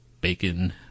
bacon